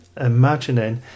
imagining